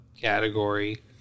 category